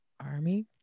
Army